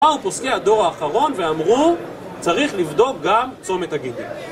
באו פוסקי הדור האחרון ואמרו צריך לבדוק גם צומת הגידים